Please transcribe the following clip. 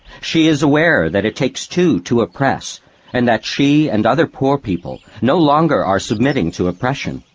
she is aware that it takes two to oppress and that she and other poor people no longer are submitting to oppression,